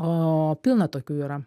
o pilna tokių yra